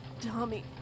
Tommy